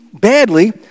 badly